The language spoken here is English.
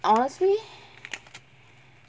honestly